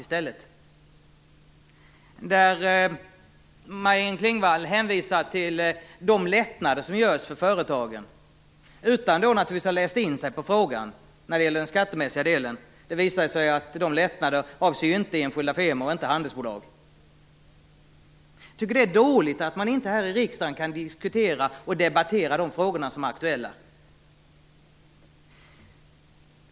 Maj-Inger Klingvall hänvisade till de lättnader som görs för företagen utan att hon hade läst in sig på frågan när det gällde den skattemässiga delen. Det visade sig att dessa lättnader inte avsåg enskilda firmor och handelsbolag. Jag tycker att det är dåligt att man inte här i riksdagen kan diskutera och debattera de frågor som är aktuella.